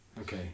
Okay